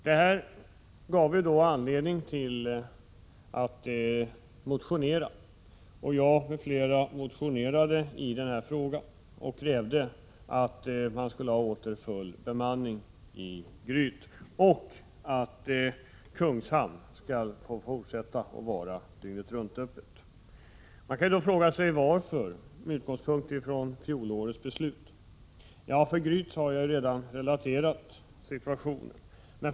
Det här gav ju anledning till att motionera, och jag och några till krävde i motioner att man åter skulle ha full bemanning i Gryt och att Kungshamn skulle fortsätta att vara dygnet-runt-öppet. Man kan med utgångspunkt i fjolårets beslut fråga sig varför. För Gryt har jag redan relaterat situationen.